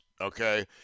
okay